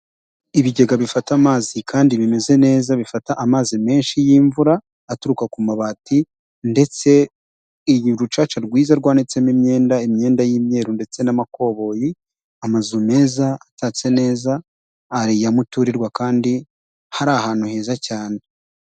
Ibigega bifata amazi kandi bimeze neza bifata amazi menshi y'imvura aturuka ku mabati ndetse urucaca rwiza rwanditsemo imyenda, imyenda y'imyeru ndetse n'amakoboyi, amazu meza, atatse neza, y'umuturirwa kandi ari ahantu heza cyane.